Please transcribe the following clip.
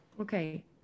Okay